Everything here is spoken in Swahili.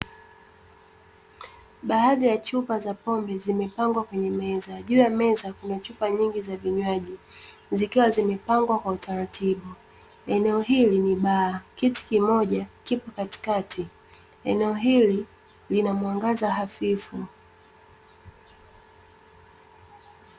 Baadhi ya chupa za pombe zimepangwa kwenye meza. Juu ya meza kuna chupa nyingi za vinywaji zikiwa zimepangwa kwa utaratibu, eneo hili ni baa. Kiti kimoja kipo katikati, eneo hili lina mwangaza hafifu.